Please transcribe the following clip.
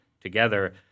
together